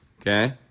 Okay